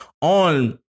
on